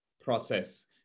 process